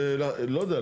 לא יודע,